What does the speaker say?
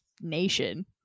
nation